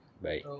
Bye